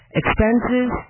expenses